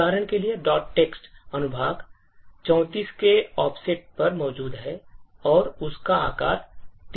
उदाहरण के लिए text अनुभाग 34 के ऑफसेट पर मौजूद है और इसका आकार 3C है